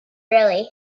really